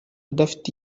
udafite